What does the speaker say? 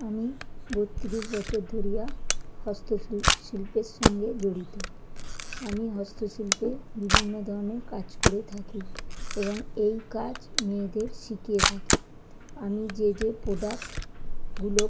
আমি বত্তিরিশ বছর ধরিয়া হস্ত শো শিল্পের সঙ্গে জড়িত আমি হস্তশিল্পে বিভিন্ন ধরনের কাজ করে থাকি এবং এই কাজ মেয়েদের শিখিয়ে থাকি আমি যে যে প্রোডাক্টগুলো